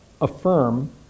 affirm